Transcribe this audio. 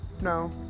No